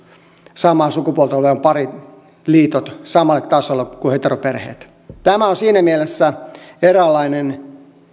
samaa sukupuolta olevien parien liitot samalle tasolle kuin heteroperheiden tämä on siinä mielessä eräänlainen